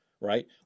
right